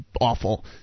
awful